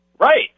Right